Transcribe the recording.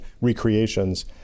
recreations